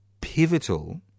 pivotal